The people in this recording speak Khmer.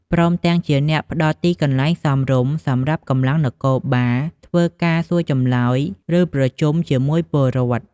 ព្រមទាំងជាអ្នកផ្ដល់ទីកន្លែងសមរម្យសម្រាប់កម្លាំងនគរបាលធ្វើការសួរចម្លើយ ឬប្រជុំជាមួយប្រជាពលរដ្ឋ។